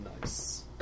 Nice